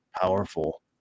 powerful